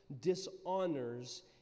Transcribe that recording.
dishonors